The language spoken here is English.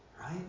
Right